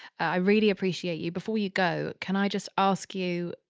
i really appreciate you. before you go, can i just ask you.